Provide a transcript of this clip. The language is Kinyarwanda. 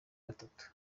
batatu